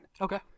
Okay